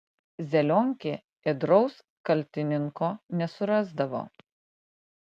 zelionkė ėdraus kaltininko nesurasdavo